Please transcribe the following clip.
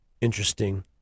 interesting